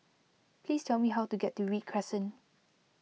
please tell me how to get to Read Crescent